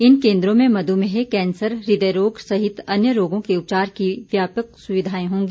इन केन्द्रों में मध्मेह कैंसर हृदय रोग सहित अन्य रोगों के उपचार की व्यापक सुविधाएं होंगी